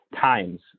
times